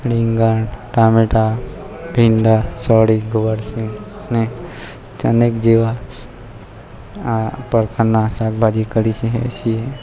રીંગણ ટામેટાં ભીંડા સોડી ગવારસિંગ ને ચાનક જેવા આ પ્રકારના શાકભાજી કરીએ છીએ